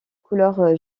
couleur